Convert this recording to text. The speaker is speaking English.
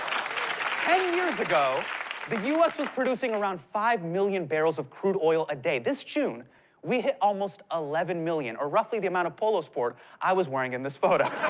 ten years ago the us was producing around five million barrels of crude oil a day. this june we hit almost eleven million, or roughly the amount of polo sport i was wearing in this photo.